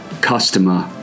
customer